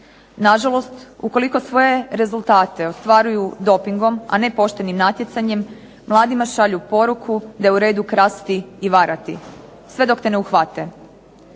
Na žalost ukoliko svoje rezultate ostvaruju dopingom, a ne poštenim natjecanjem mladima šalju poruku da je u redu krasti i varati sve dok te ne uhvate.